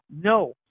No